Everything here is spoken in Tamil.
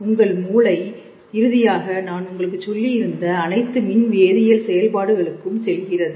உங்கள் மூளை இறுதியாக நான் உங்களுக்குச் சொல்லி இருந்த அனைத்து மின் வேதியியல் செயல்பாடுகளுக்கும் செல்கிறது